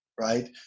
right